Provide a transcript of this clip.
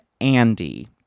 andy